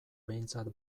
behintzat